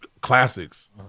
classics